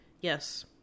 yes